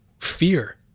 fear